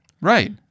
Right